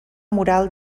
mural